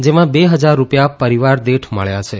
જેના બે હજાર રૂપિયા પરીવાર દીઠ મળ્યા છે